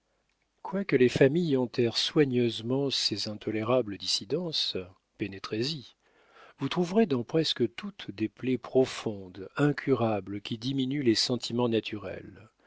quoique les familles enterrent soigneusement ces intolérables dissidences pénétrez y vous trouverez dans presque toutes des plaies profondes incurables qui diminuent les sentiments naturels